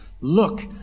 Look